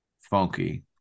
funky